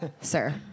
sir